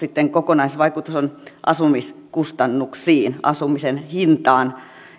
kokonaisvaikutus on asumiskustannuksiin asumisen hintaan